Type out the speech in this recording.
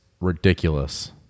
ridiculous